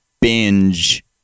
binge